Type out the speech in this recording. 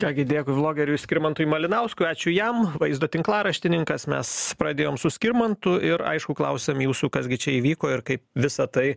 ką gi dėkui vlogeriui skirmantui malinauskui ačiū jam vaizdo tinklaraštininkas mes pradėjom su skirmantu ir aišku klausiam jūsų kas gi čia įvyko ir kaip visa tai